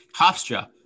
Hofstra